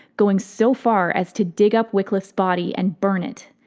going so far as to dig up wycliffe's body and burn it.